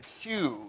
huge